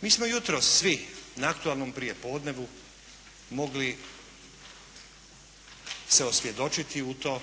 Mi smo jutros svi na aktualnom prijepodnevu mogli se osvjedočiti u to